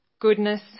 goodness